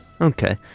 Okay